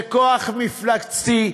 זה כוח מפלצתי.